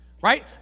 Right